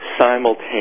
simultaneously